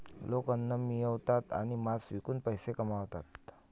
लोक अन्न मिळवतात आणि मांस विकून पैसे कमवतात